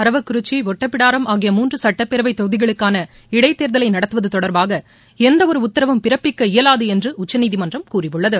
அரவக்குறிச்சி ஒட்டப்பிடாரம் ஆகிய மூன்று சட்டப்பேரவைத் தொகுதிகளுக்கான இடைத் தேர்தலை நடத்துவது தொடர்பாக எந்த ஒரு உத்தரவும் பிறப்பிக்க இயலாது என்று உச்சநீதிமன்றம் கூறியுள்ளது